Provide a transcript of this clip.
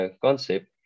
concept